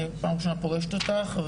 פעם ראשונה אני פוגשת אותך,